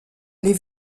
les